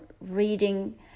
reading